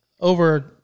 Over